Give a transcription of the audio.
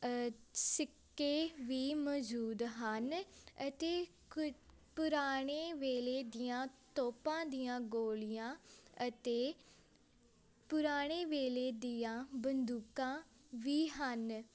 ਸਿੱਕੇ ਵੀ ਮੌਜੂਦ ਹਨ ਅਤੇ ਪੁਰਾਣੇ ਵੇਲੇ ਦੀਆਂ ਤੋਪਾਂ ਦੀਆਂ ਗੋਲੀਆਂ ਅਤੇ ਪੁਰਾਣੇ ਵੇਲੇ ਦੀਆਂ ਬੰਦੂਕਾਂ ਵੀ ਹਨ